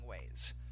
ways